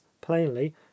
plainly